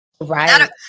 right